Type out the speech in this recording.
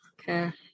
Okay